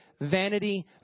vanity